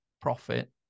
profit